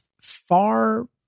far